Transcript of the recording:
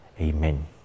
Amen